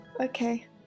okay